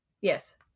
Yes